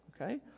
okay